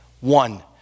One